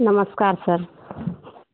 नमस्कार सर